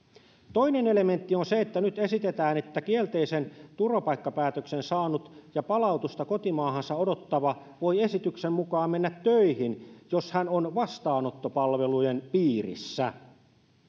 toinen elementti on se että nyt esitetään että kielteisen turvapaikkapäätöksen saanut ja palautusta kotimaahansa odottava voi esityksen mukaan mennä töihin jos hän on vastaanottopalvelujen piirissä